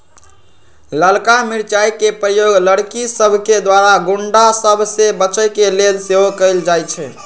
ललका मिरचाइ के प्रयोग लड़कि सभके द्वारा गुण्डा सभ से बचे के लेल सेहो कएल जाइ छइ